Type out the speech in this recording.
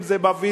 אם זה ב"ויזה",